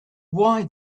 why